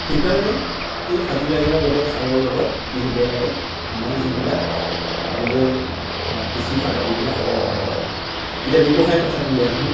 সেইকাৰণে এই ফাৰ্টিলাইজাৰৰ লগত সাৰৰ লগত কি হ'ব লাগে আমাৰ যিবিলাক গোবৰ বা কেঁচুসাৰ এইবিলাক সদায় দিব লাগে এতিয়া ব্যৱসায়ৰ কথাটোলৈ আহোঁ